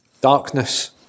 Darkness